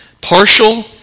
Partial